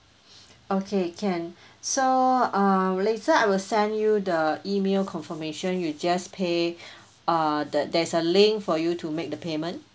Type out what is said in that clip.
okay can so uh later I will send you the E-mail confirmation you just pay uh the there's a link for you to make the payment